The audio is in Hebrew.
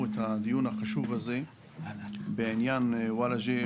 את הדיון החשוב הזה בעניין וולאג'ה,